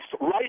right